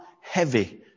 heavy